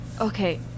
Okay